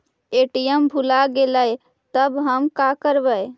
ATM भुला गेलय तब हम काकरवय?